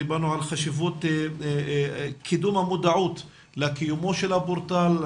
דיברנו על חשיבות קידום המודעות לקיומו של הפורטל,